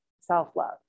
self-love